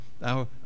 Now